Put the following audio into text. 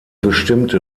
bestimmte